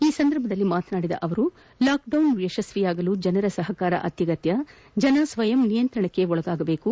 ಈ ಸಂದರ್ಭದಲ್ಲಿ ಮಾತನಾಡಿದ ಅವರು ಲಾಕ್ಡೌನ್ ಯಶಸ್ವಿಗೊಳಿಸಲು ಜನರ ಸಹಕಾರ ಅತ್ಯಗತ್ಯವಾಗಿದ್ದು ಜನ ಸ್ವಯಂ ನಿಯಂತ್ರಣಕ್ಕೆ ಒಳಗಾಗಬೇಕು